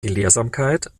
gelehrsamkeit